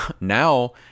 Now